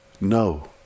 No